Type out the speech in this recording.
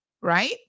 right